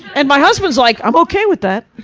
and my husband's like, i'm okay with that.